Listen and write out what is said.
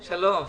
שלום.